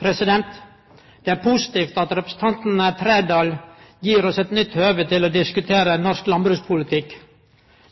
beste. Det er positivt at representanten Trældal gir oss eit nytt høve til å diskutere norsk landbrukspolitikk.